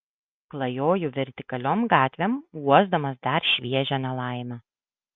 klajoju vertikaliom gatvėm uosdamas dar šviežią nelaimę